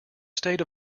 state